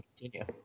continue